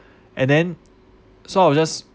and then so I was just